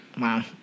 Wow